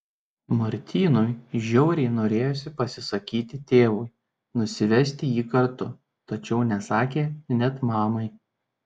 martynui žiauriai norėjosi pasisakyti tėvui nusivesti jį kartu tačiau nesakė net mamai